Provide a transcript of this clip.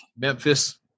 Memphis